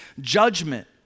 judgment